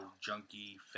junkie